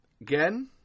Again